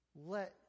let